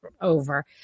over